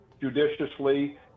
judiciously